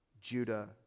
Judah